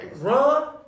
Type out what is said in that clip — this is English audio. Run